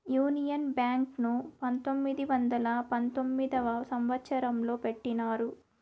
union Bank ను పంతొమ్మిది వందల పంతొమ్మిదవ సంవచ్చరంలో పెట్టినారు